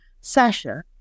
Sasha